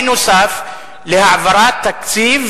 נוסף על העברת תקציב